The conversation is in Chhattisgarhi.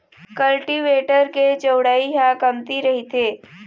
कल्टीवेटर के चउड़ई ह कमती रहिथे